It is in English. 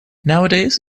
nowadays